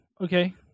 okay